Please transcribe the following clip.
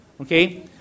okay